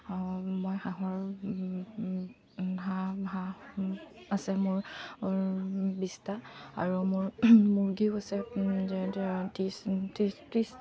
মই হাঁহৰ হাঁহ হাঁহ আছে মোৰ বিছটা আৰু মোৰ মুৰ্গীও হৈছে যেন ত্ৰিছ ত্ৰিছ ত্ৰিছ